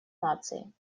наций